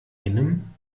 einem